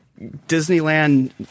Disneyland –